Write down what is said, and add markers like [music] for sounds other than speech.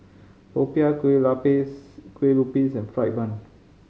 popiah kue [unintelligible] kue lupis and fried bun